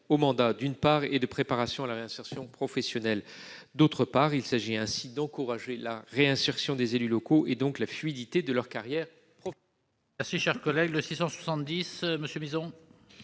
au mandat, d'une part, et de préparation à la réinsertion professionnelle, d'autre part. Il s'agit ainsi d'encourager la réinsertion des élus locaux et, donc, la fluidité de leur carrière professionnelle. L'amendement n° 670 rectifié,